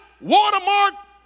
watermark